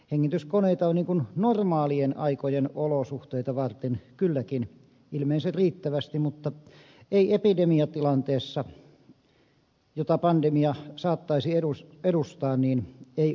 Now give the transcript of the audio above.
hengityskoneita on normaalien aikojen olosuhteita varten kylläkin ilmeisen riittävästi mutta ei epidemiatilanteessa jota pandemia saattaisi edustaa